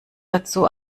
dazu